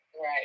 Right